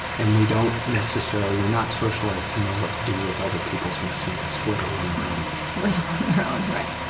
and we don't necessarily we're not socialized to know what to do with other people's messiness, let alone our own let alone our own, right